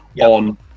on